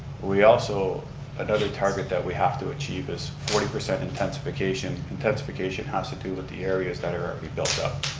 we also another target that we have to achieve is forty percent intensification. intensification has to do with the areas that are are be built up.